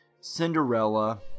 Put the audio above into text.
Cinderella